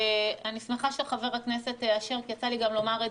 אני שמחה שחבר הכנסת אשר יצא לי גם לומר את